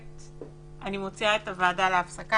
מוציאה את הוועדה להפסקה.